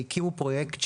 הקימו פרויקט,